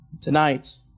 Tonight